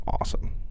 awesome